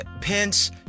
Pence